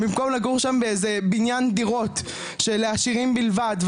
במקום לגור שם בבניין דירות לעשירים בלבד,